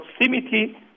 proximity